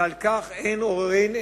ועל כך אין עוררין,